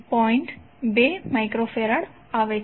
2 microfarad આવે છે